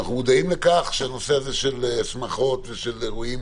אנחנו מודעים לכך שהנושא הזה של שמחות ואירועים